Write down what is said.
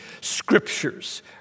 scriptures